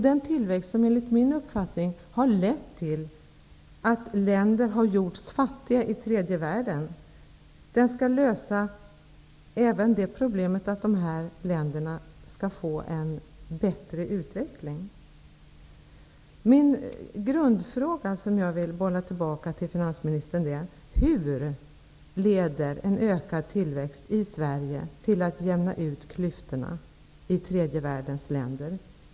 Den tillväxt som enligt min uppfattning har lett till att länder i tredje världen gjorts fattiga skall lösa även problemet med att ge de här länderna en bättre utveckling. Min grundfråga som jag vill bolla tillbaka till finansministern är: Hur leder en ökad tillväxt i Sverige till en utjämning av klyftorna i tredje världens länder?